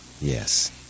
Yes